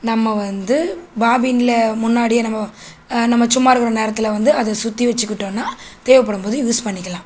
நம்ம வந்து பாபின்ல முன்னாடியே நம்ம நம்ம சும்மா இருக்கிற நேரத்தில் வந்து அதை சுற்றி வச்சிக்கிட்டோம்னா தேவைப்படும்போது யூஸ் பண்ணிக்கலாம்